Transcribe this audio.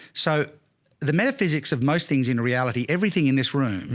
so the metaphysics of most things, in reality, everything in this room